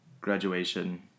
graduation